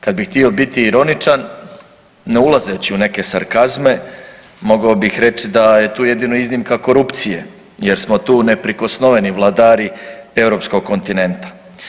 Kad bih htio biti ironičan ne ulazeći u neke sarkazme, mogao bih reći da je tu jedino iznimka korupcije jer smo tu neprikosnoveni vladari Europskog kontinenta.